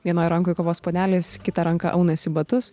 vienoj rankoj kavos puodelis kita ranka aunasi batus